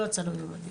לא יצאנו עם המדים.